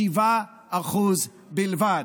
בסוף 2021, 7% בלבד.